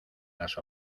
las